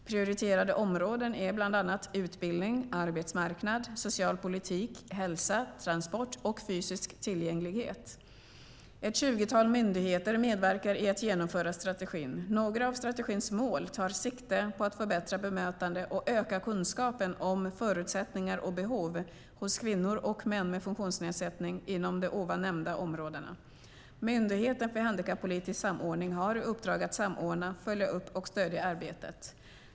Prioriterade områden är bland annat utbildning, arbetsmarknad, socialpolitik, hälsa, transport och fysisk tillgänglighet. Ett tjugotal myndigheter medverkar i att genomföra strategin. Några av strategins mål tar sikte på att förbättra bemötande och öka kunskapen om förutsättningar och behov hos kvinnor och män med funktionsnedsättning inom de ovan nämnda områdena. Myndigheten för handikappolitisk samordning har i uppdrag att samordna, följa upp och stödja arbetet.